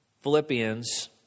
Philippians